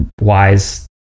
wise